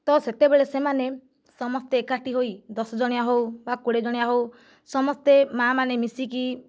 ତ ସେତେବେଳେ ସେମାନେ ସମସ୍ତେ ଏକାଠି ହୋଇ ଦଶ ଜଣିଆ ହେଉ ବା କୋଡ଼ିଏ ଜଣିଆ ହେଉ ସମସ୍ତେ ମା ମାନେ ମିଶିକି